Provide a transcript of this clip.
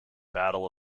battle